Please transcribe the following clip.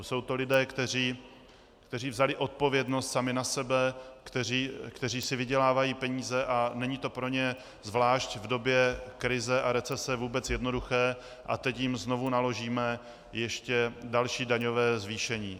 Jsou to lidé, kteří vzali odpovědnost sami na sebe, kteří si vydělávají peníze, a není to pro ně zvlášť v době krize a recese vůbec jednoduché, a teď jim znovu naložíme ještě další daňové zvýšení.